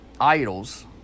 idols